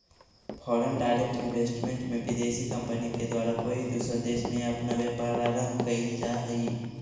foreign direct investment में विदेशी company के द्वारा कोई दूसरा देश में अपना व्यापार आरंभ कईल जा हई